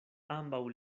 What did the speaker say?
ambaŭ